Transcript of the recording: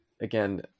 again